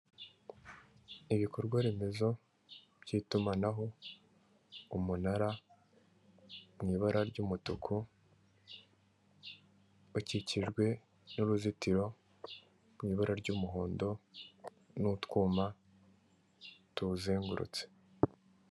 Ibikorwa remezo by'itumanaho, umunara mu ibara ry'umutuku, ukikijwe n'uruzitiro mu ibara ry'umuhondo n'utwuma tuwuzengurutse.